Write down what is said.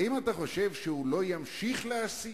האם אתה חושב שהוא לא ימשיך להסית?